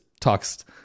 talks